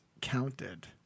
counted